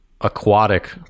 aquatic